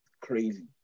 crazy